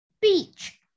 beach